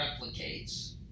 replicates